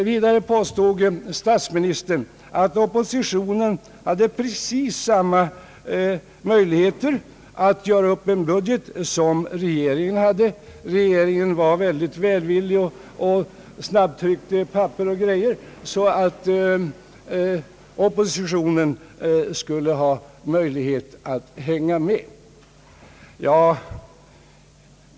Vidare påstod statsministern att oppositionen hade precis samma möjligheter att göra upp en budget som regeringen — regeringen var mycket välvillig och snabbtryckte papper och dylikt så att oppositionen skulle ha möjlighet att hänga med.